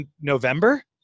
November